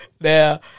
Now